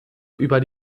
über